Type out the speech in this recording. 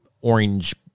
orange